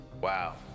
Wow